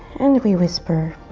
and we whisper